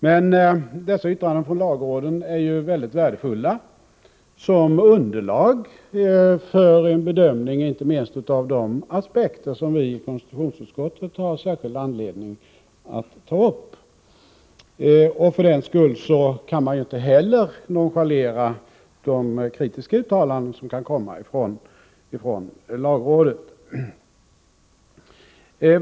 Men yttrandena från lagrådet är ju väldigt värdefulla som underlag för en bedömning inte minst utifrån de aspekter som vi inom konstitutionsutskottet har särskilt skäl att anlägga. För den skull kan man inte heller nonchalera de kritiska uttalanden som kan komma från lagrådet.